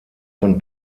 von